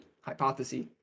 hypothesis